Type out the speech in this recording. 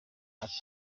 ati